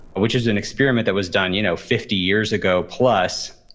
which is an experiment that was done you know fifty years ago plus,